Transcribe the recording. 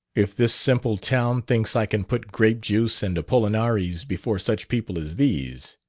if this simple town thinks i can put grape-juice and apollinaris before such people as these.